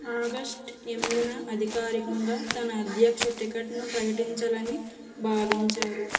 August ఎనిమిదిన అధికారికంగా తన అధ్యక్ష టికెట్ను ప్రకటించాలని భావించారు